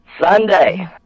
Sunday